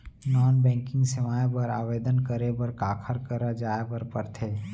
non banking सेवाएं बर आवेदन करे बर काखर करा जाए बर परथे